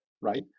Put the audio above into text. right